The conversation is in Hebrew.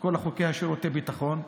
כל חוקי שירותי ביטחון,